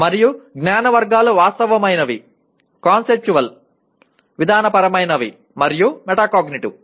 మరియు జ్ఞాన వర్గాలు వాస్తవమైనవి కాన్సెప్చువల్ విధానపరమైనవి మరియు మెటాకాగ్నిటివ్